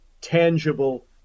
tangible